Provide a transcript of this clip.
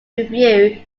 review